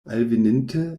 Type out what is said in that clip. alveninte